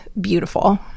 beautiful